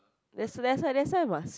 that's lesser that's why must